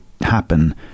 happen